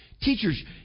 teachers